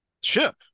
ship